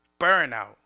Burnout